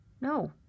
No